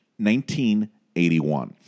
1981